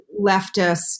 leftist